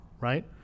right